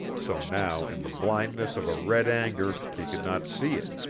so now in the blindness of a red anger he could not see it.